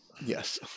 Yes